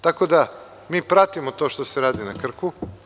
Tako da, mi pratimo to što se radi na Krku.